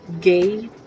gay